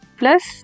plus